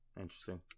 Interesting